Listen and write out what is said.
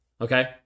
Okay